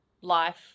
life